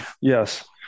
Yes